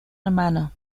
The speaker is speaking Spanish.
hermano